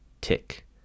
tick